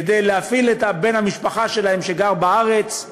כדי להפעיל את בן המשפחה שלהן שגר בארץ,